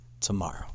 tomorrow